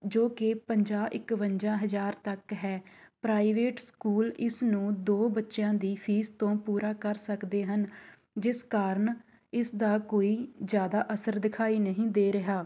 ਜੋ ਕਿ ਪੰਜਾਹ ਇਕਵੰਜਾ ਹਜ਼ਾਰ ਤੱਕ ਹੈ ਪ੍ਰਾਈਵੇਟ ਸਕੂਲ ਇਸ ਨੂੰ ਦੋ ਬੱਚਿਆਂ ਦੀ ਫੀਸ ਤੋਂ ਪੂਰਾ ਕਰ ਸਕਦੇ ਹਨ ਜਿਸ ਕਾਰਨ ਇਸ ਦਾ ਕੋਈ ਜ਼ਿਆਦਾ ਅਸਰ ਦਿਖਾਈ ਨਹੀਂ ਦੇ ਰਿਹਾ